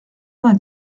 vingt